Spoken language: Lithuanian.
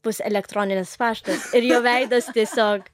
bus elektroninis paštas ir jo veidas tiesiog